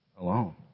alone